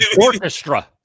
orchestra